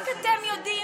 רק אתם יודעים?